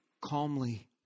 calmly